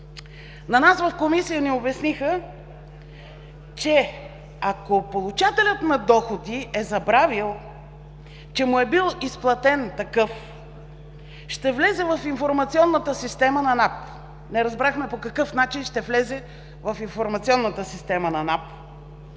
На нас в Комисията ни обясниха, че ако получателят на доходи е забравил, че му е бил изплатен такъв, ще влезе в информационната система на НАП – не разбрахме по какъв начин ще влезе в информационната система на НАП,